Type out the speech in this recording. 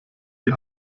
die